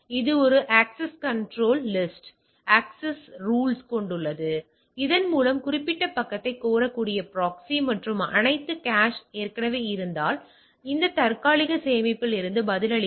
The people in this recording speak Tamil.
இது ஒரு அக்சஸ் கன்றோல் லிஸ்ட் அல்லது அக்சஸ் ரூல்ஸ்களைக் கொண்டுள்ளது இதன் மூலம் குறிப்பிட்ட பக்கத்தைக் கோரக்கூடிய ப்ராக்ஸி மற்றும் அனைத்து கேச் ஏற்கனவே இருந்தால் அது தற்காலிக சேமிப்பில் இருந்து பதிலளிக்கும்